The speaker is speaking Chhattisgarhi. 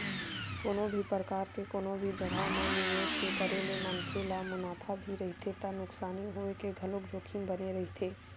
कोनो भी परकार के कोनो भी जघा म निवेस के करे ले मनखे ल मुनाफा भी रहिथे त नुकसानी होय के घलोक जोखिम बने रहिथे